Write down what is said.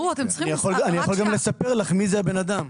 אני יכול גם לספר לך מי זה הבן אדם.